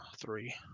three